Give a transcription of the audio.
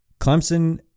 Clemson